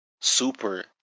super